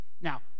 Now